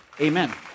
Amen